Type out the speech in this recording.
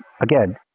again